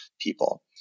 people